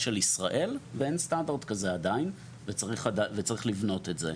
של ישראל ואין סטנדרט כזה עדיין וצריך לבנות את זה.